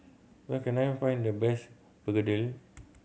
where can I find the best begedil